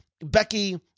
becky